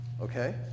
Okay